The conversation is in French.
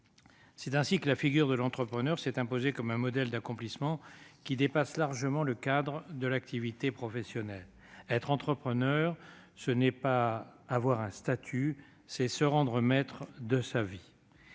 C'est ainsi que la figure de l'entrepreneur s'est imposée comme un modèle d'accomplissement, qui dépasse largement le cadre de l'activité professionnelle. Être entrepreneur, ce n'est pas avoir un statut, c'est se rendre maître de sa vie.